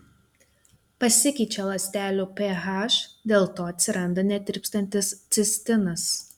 pasikeičia ląstelių ph dėl to atsiranda netirpstantis cistinas